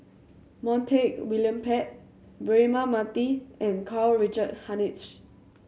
Montague William Pett Braema Mathi and Karl Richard Hanitsch